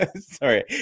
Sorry